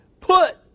Put